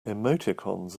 emoticons